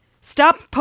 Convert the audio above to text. Stop